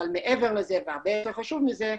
אבל מעבר לזה ויותר חשוב מזה,